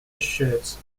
ощущаются